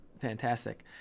fantastic